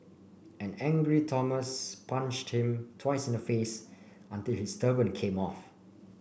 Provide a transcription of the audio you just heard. an angry Thomas punched him twice in the face until his turban came off